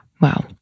Wow